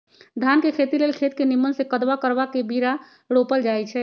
धान के खेती लेल खेत के निम्मन से कदबा करबा के बीरा रोपल जाई छइ